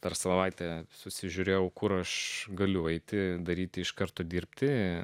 per savaitę susižiūrėjau kur aš galiu eiti daryti iš karto dirbti